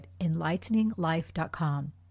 enlighteninglife.com